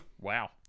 Wow